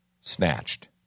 Snatched